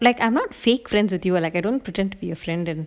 like I'm not fake friends with you and like I don't pretend to be a friend and